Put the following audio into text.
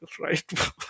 right